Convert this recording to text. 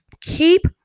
keep